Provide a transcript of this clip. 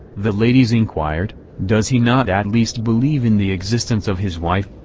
the ladies inquired, does he not at least believe in the existence of his wife?